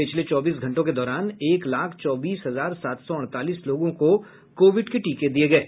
पिछले चौबीस घंटों के दौरान एक लाख चौबीस हजार सात सौ अड़तालीस लोगों को कोविड के टीके दिये गये